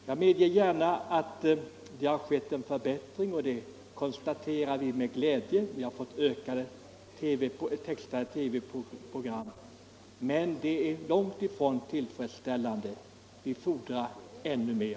Jag medger gärna att det har skett en förbättring, vilket vi konstaterar med glädje. Vi har fått fler textade TV-program, men det är långt ifrån tillfredsställande. Vi fordrar ännu mer.